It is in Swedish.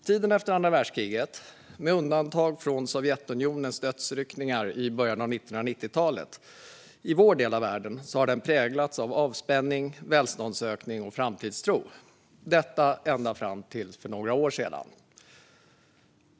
Tiden efter andra världskriget har, med undantag för Sovjetunionens dödsryckningar i början av 1990-talet, i vår del av världen präglats av avspänning, välståndsökning och framtidstro, detta ända fram till för några år sedan.